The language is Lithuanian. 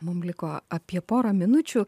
mums liko apie porą minučių